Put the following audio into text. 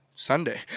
Sunday